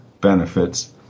benefits